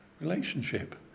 relationship